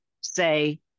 say